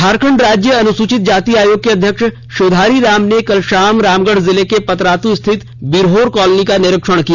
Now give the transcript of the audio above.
झारखंड राज्य अनुसूचित जाति आयोग के अध्यक्ष शिवधारी राम ने कल शाम रामगढ़ जिले के पतरातू स्थित बिरहोर कॉलोनी का निरीक्षण किया